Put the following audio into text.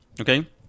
okay